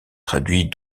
traduit